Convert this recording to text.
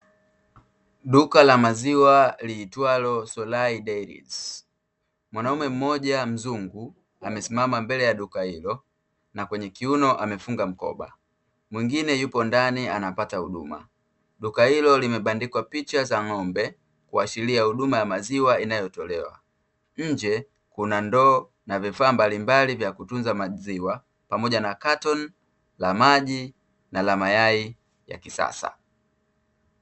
Duka la maziwa liitwalo "SOLAI DAIRIES". Mwanaume mmoja mzungu amesimama mbele ya duka hilo na kwenye kiuno amefunga mkoba, mwingine yupo ndani anapata huduma. Duka hilo limebandikwa picha za ng'ombe kuashiria huduma ya maziwa inayotolewa. Nje kuna ndoo na vifaa mbalimbali vya kutunza maziwa pamoja na katoni la maji na mayai ya kisasa.